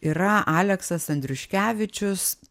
yra aleksas andriuškevičius